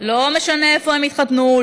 לא משנה איפה הם התחתנו,